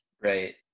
Right